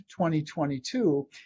2022